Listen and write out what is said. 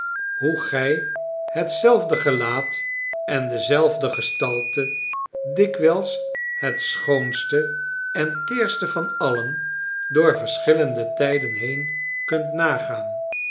hoe gij hetzelfde gelaat en dezelfde gestalte dikwijls het schoonste en teerste van alien door verschillende tijden heen kunt nagaan